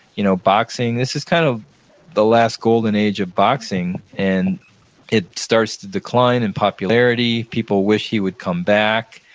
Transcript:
you know boxing, this is kind of the last golden age of boxing and it starts to decline in popularity. people wish he would come back.